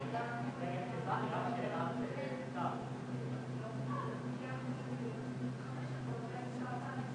גם לאוצר וגם לבריאות.